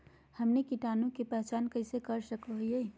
हमनी कीटाणु के पहचान कइसे कर सको हीयइ?